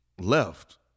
left